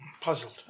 Puzzled